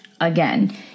again